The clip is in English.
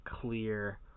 clear